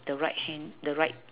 the right hand the right